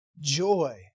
Joy